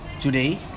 Today